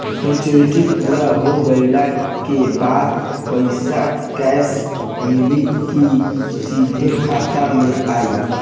Maturity पूरा हो गइला के बाद पईसा कैश मिली की सीधे खाता में आई?